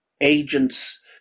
agents